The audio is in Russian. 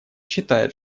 считает